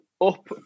up